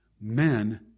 men